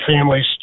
families